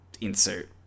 insert